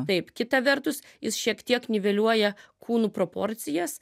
taip kita vertus jis šiek tiek niveliuoja kūnų proporcijas